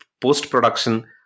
post-production